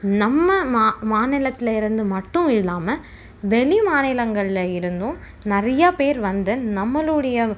நம்ம மா மாநிலத்தில் இருந்து மட்டும் இல்லாமல் வெளி மாநிலங்களில் இருந்தும் நிறையா பேர் வந்து நம்மளுடைய